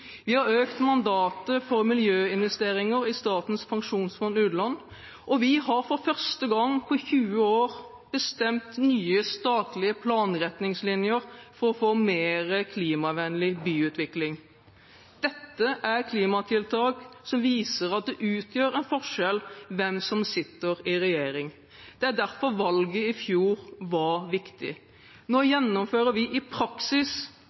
Vi har økt mandatet for miljøinvesteringer i Statens pensjonsfond utland, og vi har for første gang på 20 år bestemt nye statlige planretningslinjer for å få mer klimavennlig byutvikling. Dette er klimatiltak som viser at det utgjør en forskjell hvem som sitter i regjering. Det er derfor valget i fjor var viktig. Nå gjennomfører vi i praksis